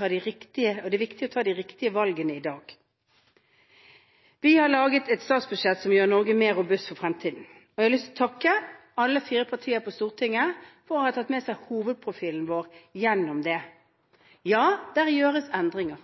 ta de riktige valgene i dag. Vi har laget et statsbudsjett som gjør Norge mer robust for fremtiden. Jeg har lyst å takke alle de fire partiene på Stortinget, for at de har tatt med seg hovedprofilen vår gjennom